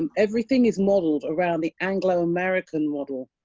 um everything is modelled around the anglo american model.